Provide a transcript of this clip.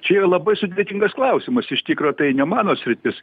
čia yra labai sudėtingas klausimas iš tikro tai ne mano sritis